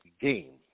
game